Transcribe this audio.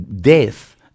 death